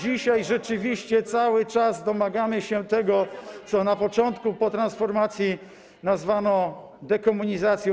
Dzisiaj rzeczywiście cały czas domagamy się tego, co na początku, po transformacji nazwano dekomunizacją.